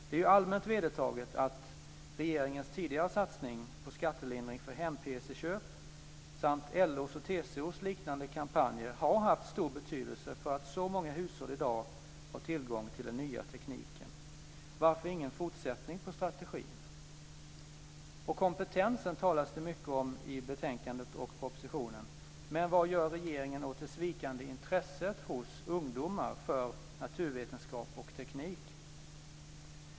Det är ju allmänt vedertaget att regeringens tidigare satsning på skattelindring för hem-pc-köp samt LO:s och TCO:s liknande kampanjer har haft stor betydelse för att så många hushåll i dag har tillgång till den nya tekniken. Varför ingen fortsättning på strategin? Kompetensen talas det mycket om i betänkandet och propositionen. Vad gör regeringen åt det svikande intresset hos ungdomar för naturvetenskap och teknik?